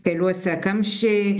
keliuose kamščiai